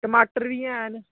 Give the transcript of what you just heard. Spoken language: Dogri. टमाटर बी हैन